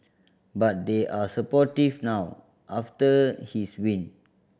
but they are supportive now after his win